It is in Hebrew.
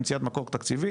למציאת מקור תקציבי,